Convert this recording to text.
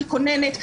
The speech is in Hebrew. ככוננית,